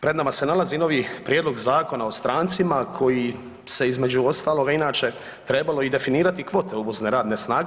Pred nama se nalazi novi prijedlog Zakona o strancima kojim se između ostaloga inače trebalo i definirati kvote uvozne radne snage.